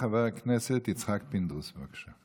חבר הכנסת יצחק פינדרוס, בבקשה.